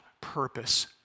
purpose